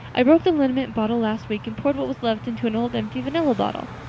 i broke the liniment bottle last week and poured what was left into an old empty vanilla bottle.